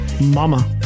mama